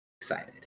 Excited